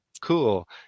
cool